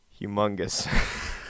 Humongous